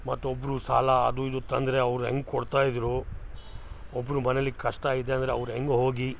ಮತ್ತು ಒಬ್ಬರು ಸಾಲ ಅದು ಇದು ತಂದರೆ ಅವ್ರು ಹೆಂಗ್ ಕೊಡ್ತಾಯಿದ್ದರು ಒಬ್ರ ಮನೆಯಲ್ಲಿ ಕಷ್ಟ ಇದೆ ಅಂದರೆ ಅವ್ರು ಹೆಂಗೆ ಹೋಗಿ